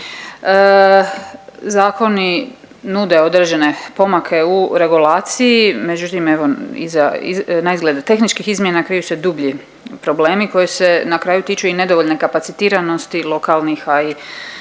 Zakoni nude određene pomake u regulaciji, međutim, evo iza, iza naizgled tehničkih izmjena, kriju se dublji problemi koji se na kraju tiču i nedovoljne kapacitiranosti lokalnih, a i